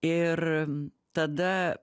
ir tada